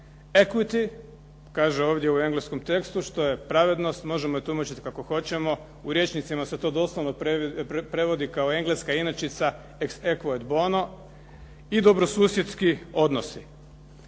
equity kaže ovdje u engleskom tekstu što je pravednost, možemo i tumačiti kako hoćemo, u rječnicima se to doslovno prevodi kao engleska inačica ex equod bono, i dobrosusjedski odnosi.